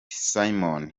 simon